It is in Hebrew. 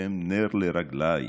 שהם נר לרגליך,